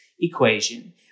equation